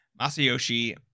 Masayoshi